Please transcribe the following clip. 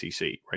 right